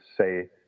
say